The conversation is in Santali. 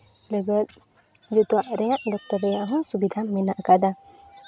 ᱞᱟᱹᱜᱤᱫ ᱡᱚᱛᱚᱣᱟᱜ ᱨᱮᱭᱟᱜ ᱰᱚᱠᱴᱚᱨ ᱨᱮᱭᱟᱜ ᱦᱚᱸ ᱥᱩᱵᱤᱫᱷᱟ ᱢᱮᱱᱟᱜ ᱟᱠᱟᱫᱟ